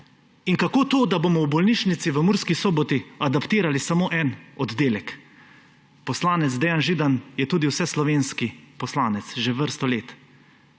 In kako to, da bomo v bolnišnici v Murski Soboti adaptirali samo en oddelek? Poslanec Dejan Židan je tudi vseslovenski poslanec že vrsto let.